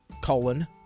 colon